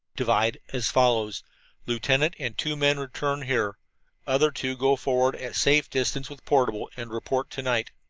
divide as follows lieutenant and two men return here other two go forward at safe distance with portable, and report to-night.